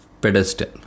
pedestal